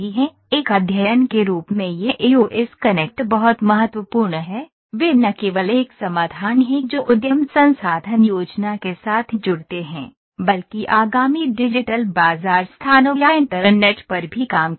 एक अध्ययन के रूप में यह ईओएस कनेक्ट बहुत महत्वपूर्ण है वे न केवल एक समाधान हैं जो उद्यम संसाधन योजना के साथ जुड़ते हैं बल्कि आगामी डिजिटल बाजार स्थानों या इंटरनेट पर भी काम करते हैं